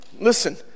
listen